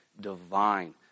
divine